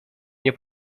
nie